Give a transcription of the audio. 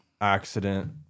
accident